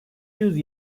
yüz